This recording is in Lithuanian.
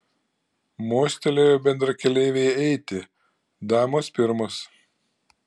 mostelėjo bendrakeleivei eiti damos pirmos